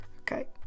okay